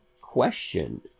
question